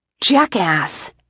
Jackass